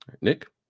Nick